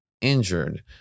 injured